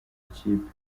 ikipe